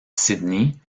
sydney